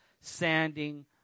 sanding